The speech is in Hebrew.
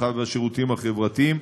הרווחה והשירותים החברתיים,